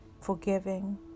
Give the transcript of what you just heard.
forgiving